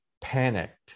panicked